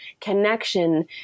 connection